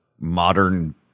modern